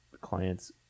clients